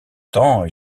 temps